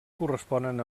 corresponen